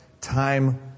time